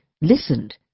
listened